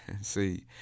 See